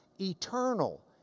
eternal